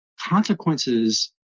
Consequences